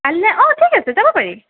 কাইলৈ অঁ ঠিক আছে যাব পাৰি